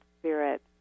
spirit